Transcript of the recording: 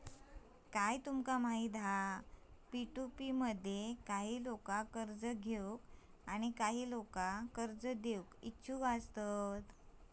काय तुमका माहित हा पी.टू.पी मध्ये काही लोका कर्ज घेऊक आणि काही लोका कर्ज देऊक इच्छुक असतत